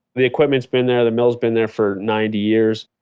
the equipment's been there, the mill's been there for ninety years.